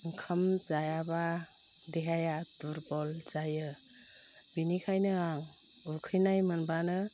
ओंखाम जायाबा देहाया दुरबल जायो बिनिखायनो आं उखैनाय मोनबानो